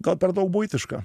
gal per daug buitiška